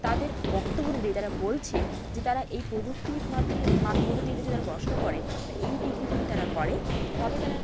তাদের বক্তব্য অনুযায়ী তারা বলছে যে তারা এই প্রযুক্তির মাধ্যমে মধ্য দিয়ে যদি তারা পড়াশোনা করে বা এই ডিগ্রি যদি তারা করে তবে তারা